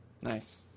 nice